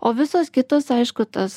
o visos kitos aišku tas